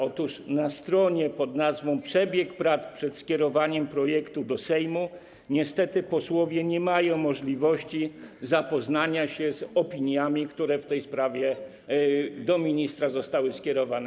Otóż na stronie pod nazwą: Przebieg prac przed skierowaniem projektu do Sejmu niestety posłowie nie mają możliwości zapoznania się z opiniami, które w tej sprawie do ministra zostały skierowane.